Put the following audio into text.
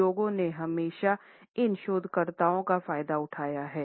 उद्योगों ने हमेशा इन शोधकर्ताओं का फायदा उठाया है